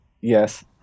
Yes